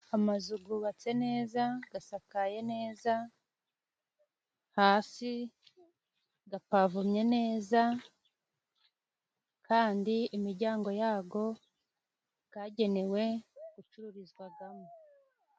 Amazu gubatse neza gasakaye neza hasi gapavomye neza, kandi imijyango yago gagenewe gucururizwagamo.